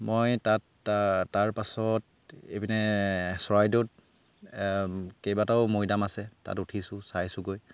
মই তাত তাৰ তাৰপাছত এইপিনে চৰাইদেউত কেইবাটাও মৈদাম আছে তাত উঠিছোঁ চাইছোঁগৈ